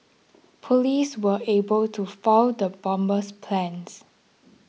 police were able to foil the bomber's plans